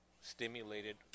stimulated